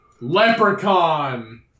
Leprechaun